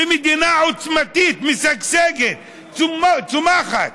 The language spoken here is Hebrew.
ומדינה עוצמתית, משגשגת, צומחת,